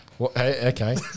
Okay